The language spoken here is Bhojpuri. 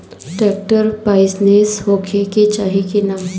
ट्रैक्टर पाईनेस होखे के चाही कि ना?